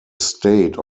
state